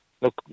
Look